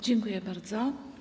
Dziękuję bardzo.